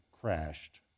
crashed